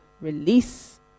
release